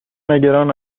نگران